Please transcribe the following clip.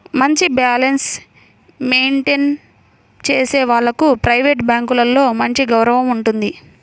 మంచి balance maintain చేసే వాళ్లకు ప్రైవేట్ బ్యాంకులలో మంచి గౌరవం ఉంటుంది